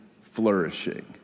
flourishing